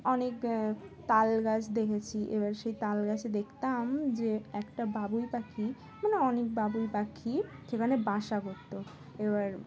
অনেক তাল গাছ দেখেছি এবার সেই তাল গাছে দেখতাম যে একটা বাবুই পাখি মানে অনেক বাবুই পাখি সেখানে বাসা করতো এবার